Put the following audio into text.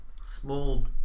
small